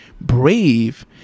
Brave